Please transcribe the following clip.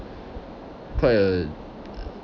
quite a